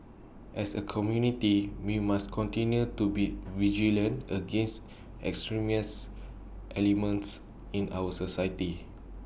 as A community we must continue to be vigilant against extremist elements in our society